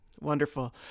wonderful